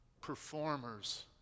performers